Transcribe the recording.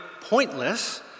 pointless